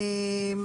אנחנו